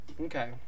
Okay